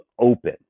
open